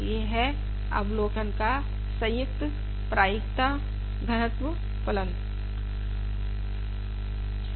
यह है अवलोकन का संयुक्त प्रायिकता घनत्व फलन है